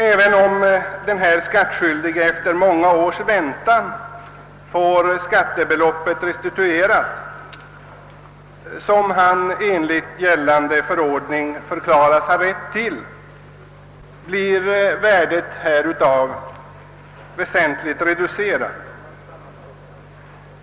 även om den skattskyldige efter många års väntan får det skattebelopp restituerat, till vilket gällande förordning ger honom rätt, blir värdet härav väsentligt reducerat.